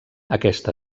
aquest